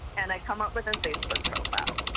and i come up with a facebook profile.